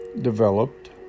developed